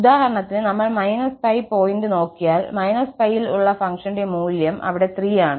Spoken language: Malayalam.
ഉദാഹരണത്തിന് നമ്മൾ −π പോയിന്റ് നോക്കിയാൽ −πൽ ഉള്ള ഫംഗ്ഷന്റെ മൂല്യം അവിടെ 3 ആണ്